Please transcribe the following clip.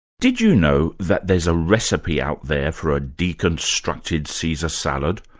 did you know that there's a recipe out there for a deconstructed caesar salad?